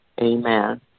Amen